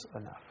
enough